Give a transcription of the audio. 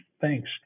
thanks